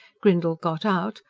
grindle got out,